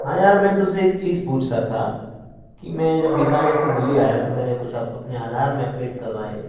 ہاں یار میں تجھ سے ایک چیز پوچھ رہا تھا کہ جب میں بیکانیر سے دہلی آیا تو میں نے کچھ اپنے آدھار میں اپ ڈیٹ کروائے